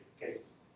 cases